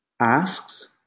asks